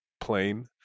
plane